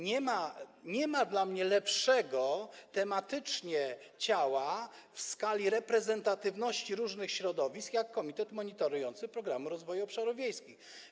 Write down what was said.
Nie ma dla mnie lepszego tematycznie ciała w skali reprezentatywności różnych środowisk jak komitet monitorujący Programu Rozwoju Obszarów Wiejskich.